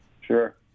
Sure